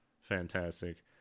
fantastic